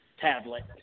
Tablet